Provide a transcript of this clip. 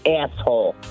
asshole